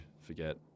forget